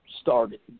started